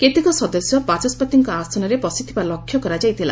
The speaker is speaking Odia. କେତେକ ସଦସ୍ୟ ବାଚସ୍ୱତିଙ୍କ ଆସନରେ ବସିଥିବା ଲକ୍ଷ୍ୟ କରାଯାଇଥିଲା